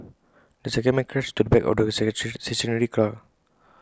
the second man crashed into the back of the stationary car